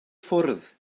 ffwrdd